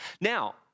Now